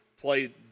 play